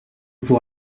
vous